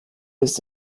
ist